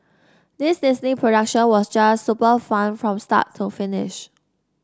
this Disney production was just super fun from start to finish